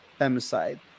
femicide